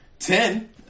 Ten